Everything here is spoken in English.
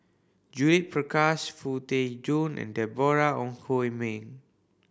Judith Prakash Foo Tee Jun and Deborah Ong Hui Min